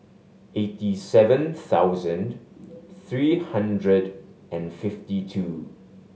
eighty seven thousand three hundred and fifty two